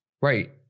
Right